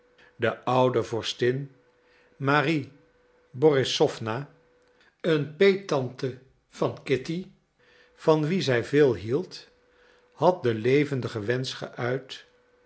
de oude vorstin marie borissowna een peettante van kitty van wie zij veel hield had den levendigen wensch geuit